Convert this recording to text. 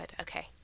Okay